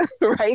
right